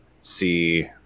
see